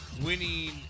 winning